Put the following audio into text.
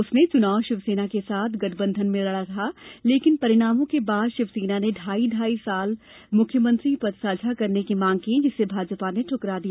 उसने चुनाव शिवसेना के साथ गठबंधन में लड़ा था लेकिन परिणामों के बाद शिवसेना ने ढाई ढाई साल मुख्यमंत्री पद साझा करने की मांग की जिसे भाजपा ने ठकरा दिया